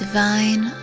Divine